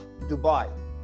Dubai